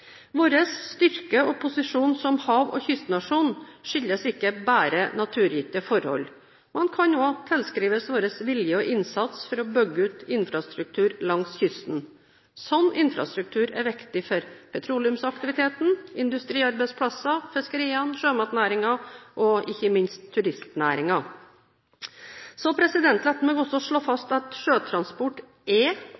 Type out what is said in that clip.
Vår styrke og posisjon som hav- og kystnasjon skyldes ikke bare naturgitte forhold, men kan også tilskrives vår vilje og innsats for å bygge ut infrastruktur langs kysten. En slik infrastruktur er viktig for petroleumsaktiviteten, for industriarbeidsplasser, for fiskeriene, for sjømatnæringen og ikke minst for turistnæringen. La meg også slå